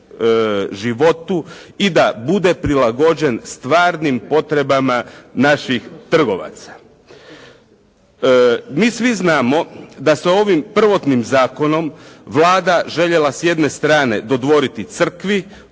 životu i da bude prilagođen stvarnim potrebama naših trgovaca. Mi svi znamo da se ovim prvotnim zakonom Vlada željela s jedne strane dodvoriti crkvi,